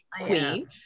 Queen